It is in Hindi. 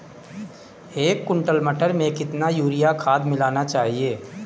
एक कुंटल मटर में कितना यूरिया खाद मिलाना चाहिए?